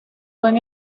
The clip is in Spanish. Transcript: buen